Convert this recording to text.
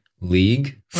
league